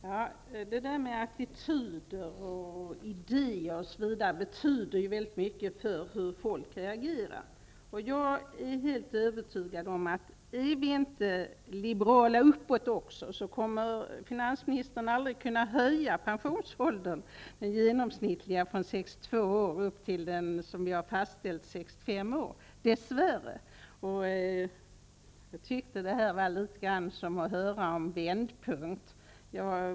Fru talman! Detta med attityder och idéer osv. betyder ju väldigt mycket för hur folk reagerar. Om vi inte är liberala uppåt också, kommer finansministern dess värre aldrig att kunna höja den gemomsnittliga pensionsåldern från 62 år upp till 65 år som vi har fastställt. Jag tyckte att detta var litet grand som att höra om en vändpunkt.